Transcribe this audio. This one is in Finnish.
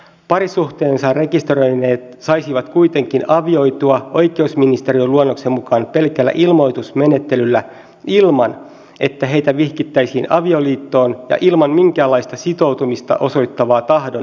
parisuhteensa rekisteröineet saisivat kuitenkin avioitua oikeusministeriön luonnoksen mukaan pelkällä ilmoitusmenettelyllä ilman että heitä vihittäisiin avioliittoon ja ilman minkäänlaista sitoutumista osoittavaa tahdonilmaisua